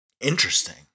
Interesting